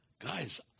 guys